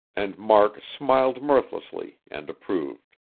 and mark smiled mirthlessly, and approved.